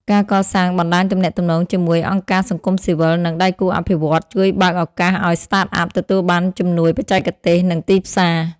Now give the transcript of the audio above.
ការកសាងបណ្ដាញទំនាក់ទំនងជាមួយអង្គការសង្គមស៊ីវិល និងដៃគូអភិវឌ្ឍន៍ ជួយបើកឱកាសឱ្យ Startup ទទួលបានជំនួយបច្ចេកទេស និងទីផ្សារ។